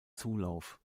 zulauf